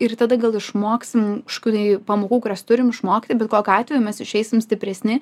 ir tada gal išmoksim kažkokių tai pamokų kurias turim išmokti bet kokiu atveju mes išeisim stipresni